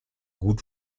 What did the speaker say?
gut